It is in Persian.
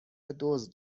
دزد